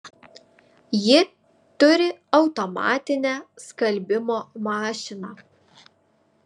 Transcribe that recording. ji turi automatinę skalbimo mašiną